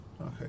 Okay